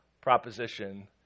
proposition